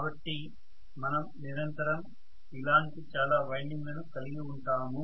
కాబట్టి మనం నిరంతరం ఇలాంటి చాలా వైండింగ్లను కలిగి ఉంటాము